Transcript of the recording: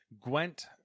Gwent